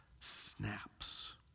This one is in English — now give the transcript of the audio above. snaps